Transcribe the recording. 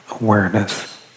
awareness